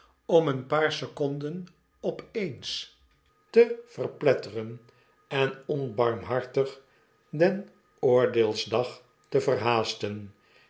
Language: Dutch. om een aantal seconden op eens te verpletteren en onbarmhartig den oordeelsdag te